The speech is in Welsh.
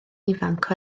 ifanc